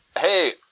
Hey